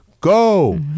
go